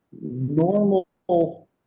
normal